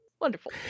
Wonderful